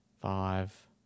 Five